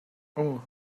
اوه